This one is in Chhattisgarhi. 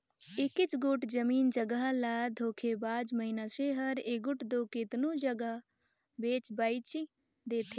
एकेच गोट जमीन जगहा ल धोखेबाज मइनसे हर एगोट दो केतनो जगहा बेंच बांएच देथे